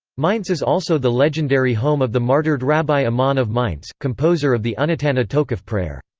mainz is also the legendary home of the martyred rabbi amnon of mainz, composer of the unetanneh tokef prayer.